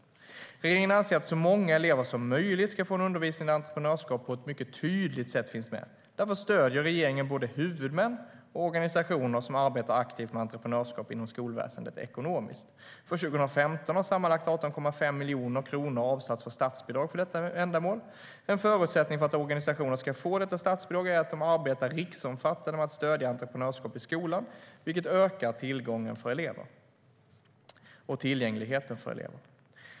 Regeringen anser att så många elever som möjligt ska få en undervisning där entreprenörskap på ett tydligt sätt finns med. Därför stöder regeringen både huvudmän och organisationer som arbetar aktivt med entreprenörskap inom skolväsendet ekonomiskt. För 2015 har sammanlagt 18,5 miljoner kronor avsatts för statsbidrag för detta ändamål. En förutsättning för att organisationer ska få detta statsbidrag är att de arbetar riksomfattande med att stödja entreprenörskap i skolan, vilket ökar tillgängligheten för elever.